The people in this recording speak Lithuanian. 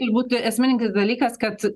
ir būti esminingis dalykas kad